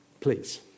please